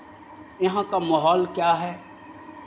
यहाँ का माहौल क्या है